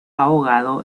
ahogado